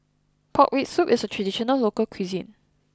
Pork Rib Soup is a traditional local cuisine